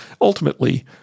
ultimately